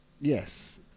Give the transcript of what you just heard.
Yes